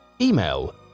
Email